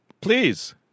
Please